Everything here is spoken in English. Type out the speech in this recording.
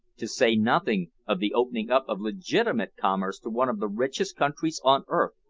to say nothing of the opening up of legitimate commerce to one of the richest countries on earth,